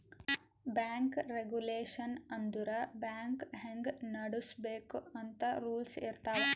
bank regulation ಅಂದುರ್ bank ಹ್ಯಾಂಗ್ ನಡುಸ್ಬೇಕ್ ಅಂತ್ ರೂಲ್ಸ್ ಇರ್ತಾವ್